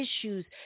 issues